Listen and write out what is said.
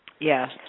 Yes